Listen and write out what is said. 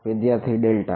વિદ્યાર્થી ડેલ્ટા